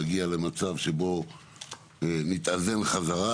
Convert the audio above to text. להגיע למצב שבו נתאזן חזרה.